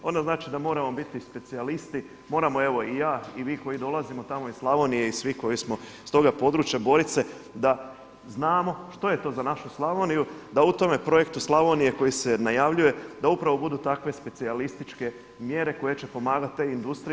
Onda znači da moramo biti specijalisti, moramo evo i ja i vi koji dolazimo tamo iz Slavonije i svi koji smo s toga područja borit se da znamo što je to za našu Slavoniju, da u tome projektu Slavonije koji se najavljuje da upravo budu takve specijalističke mjere koje će pomagati te industrije.